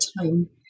time